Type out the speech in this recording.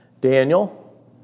Daniel